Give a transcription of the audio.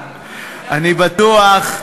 אני בטוח,